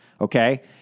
okay